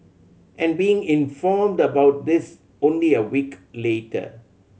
and being informed about this only a week later